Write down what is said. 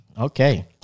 Okay